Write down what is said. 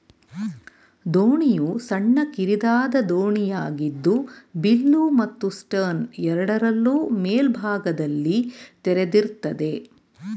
ದೋಣಿಯು ಸಣ್ಣ ಕಿರಿದಾದ ದೋಣಿಯಾಗಿದ್ದು ಬಿಲ್ಲು ಮತ್ತು ಸ್ಟರ್ನ್ ಎರಡರಲ್ಲೂ ಮೇಲ್ಭಾಗದಲ್ಲಿ ತೆರೆದಿರ್ತದೆ